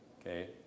okay